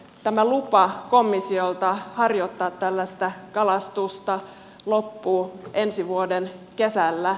tämä lupa komissiolta harjoittaa tällaista kalastusta loppuu ensi vuoden kesällä